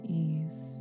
ease